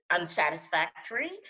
unsatisfactory